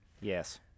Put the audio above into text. Yes